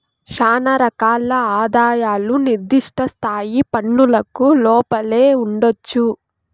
శానా రకాల ఆదాయాలు నిర్దిష్ట స్థాయి పన్నులకు లోపలే ఉండొచ్చు